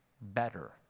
better